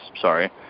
Sorry